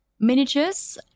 miniatures